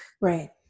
Right